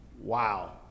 Wow